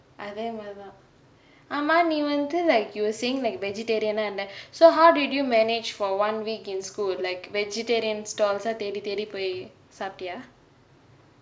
அதேமாரிதா ஆமா நீ வந்து:athemaathirithaa aama nee vanthu like you were saying like vegetarian னா இருந்தே:naa irunthae so how did you manage for one week in school like vegetarian stalls சா தேடி தேடி போய் சாப்டியா:sa thedi thedi poi saaptiyaa